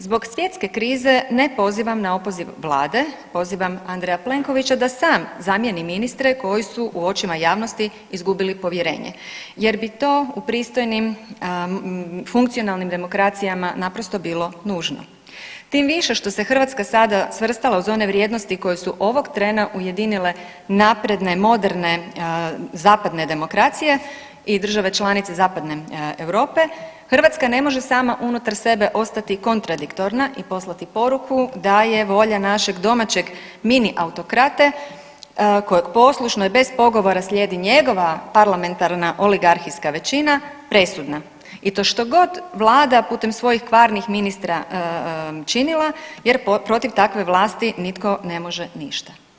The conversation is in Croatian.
Zbog svjetske krize ne pozivam na opoziv Vlade, pozivam Andreja Plenkovića da sam zamjeni ministre koji su u očima javnosti izgubili povjerenje jer bi to u pristojnim funkcionalnim demokracijama naprosto bilo nužno, tim više što se Hrvatska sada svrstala uz one vrijednosti koje su ovog trena ujedinile napredne, moderne zapadne demokracije i države članice Zapadne Europe, Hrvatska ne može sama unutar sebe ostati kontradiktorna i poslati poruku da je volja našeg domaćeg mini autokrate kojeg poslušno i bez pogovora slijedi njegova parlamentarna oligarhijska većina presudna i to štogod Vlada putem svojih kvarnih ministara činila jer protiv takve vlasti nitko ne može ništa.